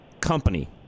company